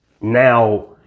now